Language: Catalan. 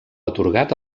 atorgat